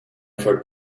for